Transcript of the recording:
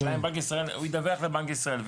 השאלה אם בנק ישראל, הוא ידווח לבנק ישראל.